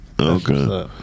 Okay